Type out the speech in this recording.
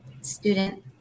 student